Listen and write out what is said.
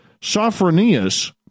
Sophronius